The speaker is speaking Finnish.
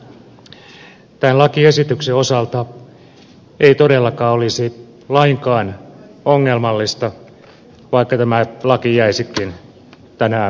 tämän lakiesityksen osalta ei todellakaan olisi lainkaan ongelmallista vaikka tämä laki jäisikin tänään vahvistamatta